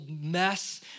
mess